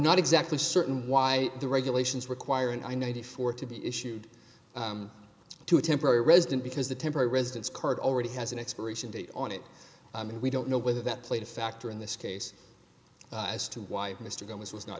not exactly certain why the regulations require ninety four to be issued to a temporary resident because the temporary residence card already has an expiration date on it i mean we don't know whether that played a factor in this case as to why mr gomes was not